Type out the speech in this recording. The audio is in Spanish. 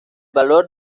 valor